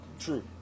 True